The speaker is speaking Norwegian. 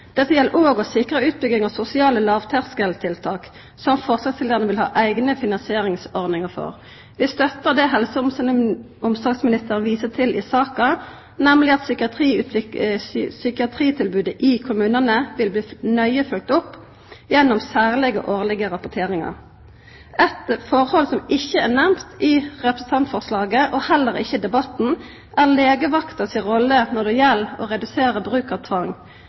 Dette gjeld òg det å sikra utbygging av sosiale lågterskeltiltak, som forslagsstillarane vil ha eigne finansieringsordningar for. Vi støttar det helse- og omsorgsministeren viser til i saka, nemleg at psykiatritilbodet i kommunane vil bli nøye følgt opp gjennom særlege årlege rapporteringar. Noko som ikkje er nemnt i representantforslaget og heller ikkje i debatten, er legevakta si rolle når det gjeld å redusera bruk av tvang.